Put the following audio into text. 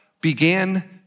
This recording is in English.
began